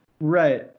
Right